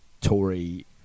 Tory